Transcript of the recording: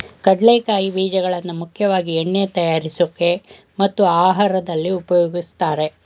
ಕಡಲೆಕಾಯಿ ಬೀಜಗಳನ್ನಾ ಮುಖ್ಯವಾಗಿ ಎಣ್ಣೆ ತಯಾರ್ಸೋಕೆ ಮತ್ತು ಆಹಾರ್ದಲ್ಲಿ ಉಪಯೋಗಿಸ್ತಾರೆ